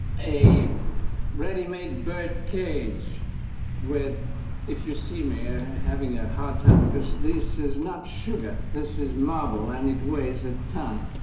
a readymade bird cage with if you see me ah having a hard time because this is not sugar. this is marble and it weighs a ton.